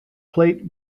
plate